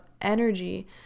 energy